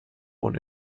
und